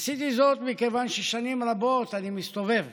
עשיתי זאת מכיוון ששנים רבות אני מסתובב